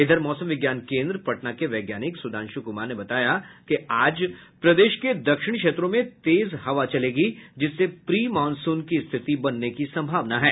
इधर मौसम विज्ञान केन्द्र पटना के वैज्ञानिक सुधांश कुमार ने बताया कि आज प्रदेश के दक्षिणी क्षेत्रों में तेज हवा चलेगी जिससे प्री मॉनसून की स्थिति बनने की सम्भावना है